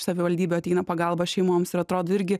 savivaldybių ateina pagalba šeimoms ir atrodo irgi